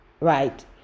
right